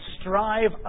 strive